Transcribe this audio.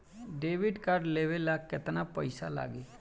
Debit card लेवे ला केतना पईसा लागी?